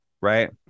right